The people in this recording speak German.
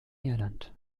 irland